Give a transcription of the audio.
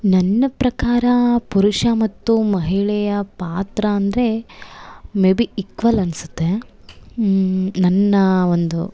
ನನ್ನ ಪ್ರಕಾರ ಪುರುಷ ಮತ್ತು ಮಹಿಳೆಯ ಪಾತ್ರ ಅಂದರೆ ಮೆ ಬಿ ಈಕ್ವಲ್ ಅನ್ಸುತ್ತೆ ನನ್ನ ಒಂದು